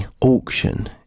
auction